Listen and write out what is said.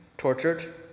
tortured